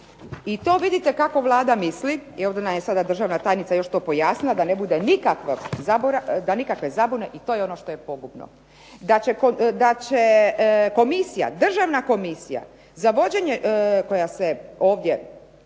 I to vidite kako Vlada misli i ovdje nam je sada državna tajnica još to pojasnila da ne bude nikakve zabune i to je ono što je pogubno. Da će Državna komisija za vođenje koja se ovdje